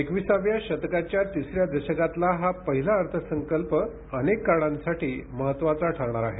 एकविसाव्या शतकाच्या तिसऱ्या दशकातला हा पहिला अर्थसंकल्प अनेक कारणांसाठी महत्वाचा ठरणार आहे